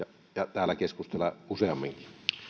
täällä keskustella useamminkin